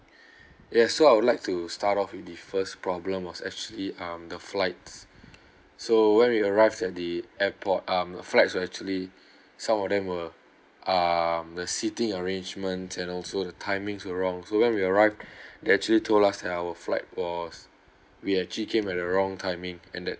yes so I would like to start off with the first problem was actually um the flights so when we arrived at the airport um the flights were actually some of them were um the seating arrangement and also the timing were wrong so when we arrived they actually told us that our flight was we actually came at a wrong timing and that